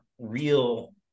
real